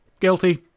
Guilty